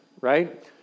right